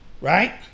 Right